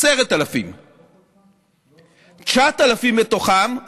10,000. 9,000 מתוכם,